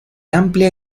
amplía